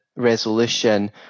Resolution